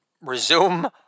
resume